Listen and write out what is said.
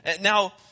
Now